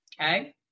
Okay